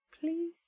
Please